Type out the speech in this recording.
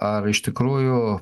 ar iš tikrųjų